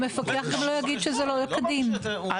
אני חושב שאם